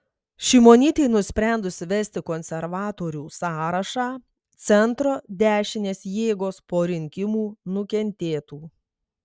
šimonytei nusprendus vesti konservatorių sąrašą centro dešinės jėgos po rinkimų nukentėtų